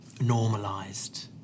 normalized